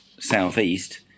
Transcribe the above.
southeast